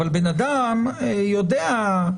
אבל בן אדם יודע,